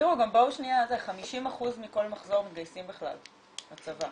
תראו, גם 50% מכל מחזור מתגייסים בכלל לצבא.